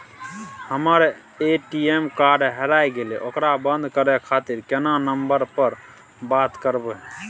हमर ATM card हेराय गेले ओकरा बंद करे खातिर केना नंबर पर बात करबे?